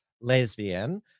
lesbian